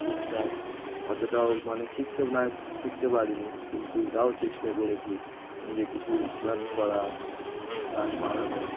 টুকটাক অতটাও মানে শিখতে না শিখতে পারিনি কিন্তু তাও চেষ্টা করেছি নিজে কিছু গান করার গান বানানোর